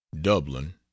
dublin